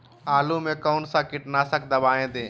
आलू में कौन सा कीटनाशक दवाएं दे?